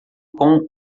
com